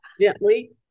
gently